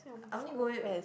I only go there